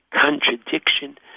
contradiction